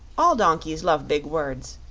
all donkeys love big words,